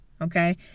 okay